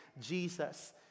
Jesus